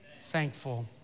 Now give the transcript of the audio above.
thankful